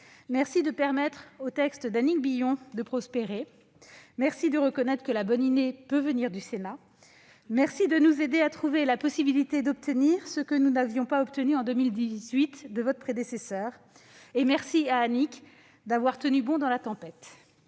merci de permettre au texte d'Annick Billon de prospérer ; merci de reconnaître que la bonne idée peut venir du Sénat ; merci de nous aider à trouver la possibilité d'obtenir ce que nous n'avions pas obtenu en 2018 de votre prédécesseure. Je salue enfin Annick Billon, qui a su tenir bon dans la tempête.